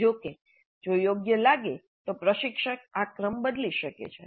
જો કે જો યોગ્ય લાગે તો પ્રશિક્ષક આ ક્રમ બદલી શકે છે